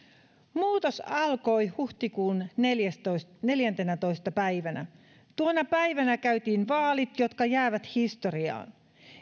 muutos alkoi huhtikuun neljäntenätoista päivänä tuona päivänä käytiin vaalit jotka jäävät historiaan